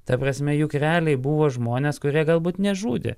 ta prasme jog realiai buvo žmonės kurie galbūt nežudė